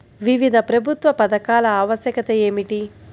వివిధ ప్రభుత్వా పథకాల ఆవశ్యకత ఏమిటి?